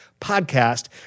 podcast